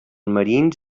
marins